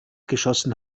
geschossen